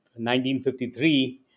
1953